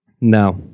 No